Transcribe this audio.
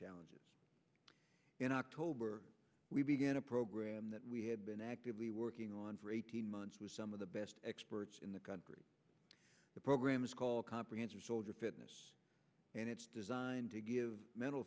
challenges in october we began a program that we have been actively working on for eighteen months with some of the best experts in the country the program is called comprehensive soldier fitness and it's designed to give mental